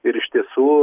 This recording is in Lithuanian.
ir iš tiesų